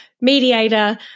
mediator